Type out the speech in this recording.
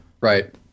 Right